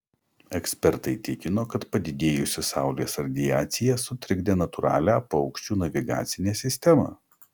ekspertai tikino kad padidėjusi saulės radiacija sutrikdė natūralią paukščių navigacinę sistemą